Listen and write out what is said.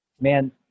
man